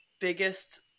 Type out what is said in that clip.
biggest